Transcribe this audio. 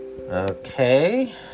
Okay